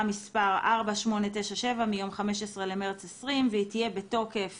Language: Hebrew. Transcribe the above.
מס' 4897 מיום 15.3.20 והיא תהיה בתוקף